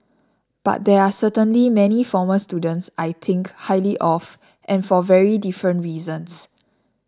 but there are certainly many former students I think highly of and for very different reasons